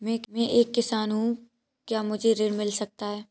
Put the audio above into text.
मैं एक किसान हूँ क्या मुझे ऋण मिल सकता है?